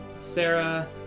sarah